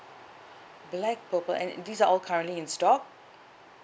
black purple and these are all currently in stock